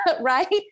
right